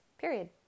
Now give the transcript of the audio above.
period